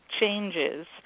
changes